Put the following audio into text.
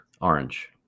Orange